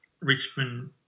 Richmond